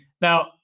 Now